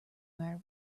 matter